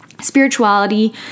spirituality